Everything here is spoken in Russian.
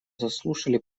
заслушали